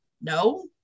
No